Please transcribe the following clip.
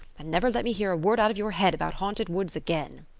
and never let me hear a word out of your head about haunted woods again.